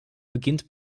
beginnt